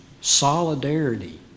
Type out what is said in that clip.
solidarity